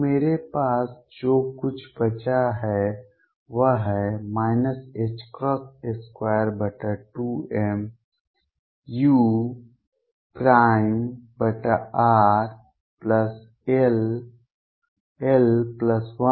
तो मेरे पास जो कुछ बचा है वह है 22m urll122mr3uVrurEur